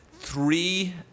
three